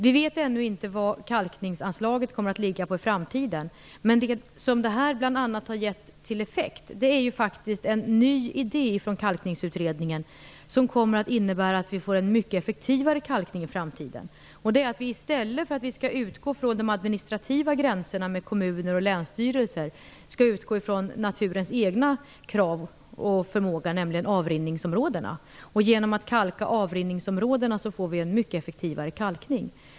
Vi vet ännu inte vad kalkningsanslaget kommer att ligga på i framtiden, men vad det här bl.a. har givit till effekt, är faktiskt en ny idé från Kalkningsutredningen. Den kommer att innebära att vi får en mycket effektivare kalkning i framtiden. I stället för att utgå från de administrativa gränserna med kommuner och länsstyrelser, skall vi utgå från naturens egna krav och från dess egen förmåga, nämligen från avrinningsområdena. Genom att kalka dem får vi en mycket effektivare kalkning.